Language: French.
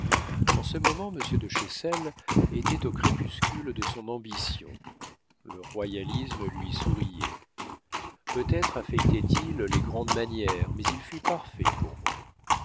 en ce moment monsieur de chessel était au crépuscule de son ambition le royalisme lui souriait peut-être affectait il les grandes manières mais il fut parfait pour moi